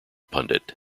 pundit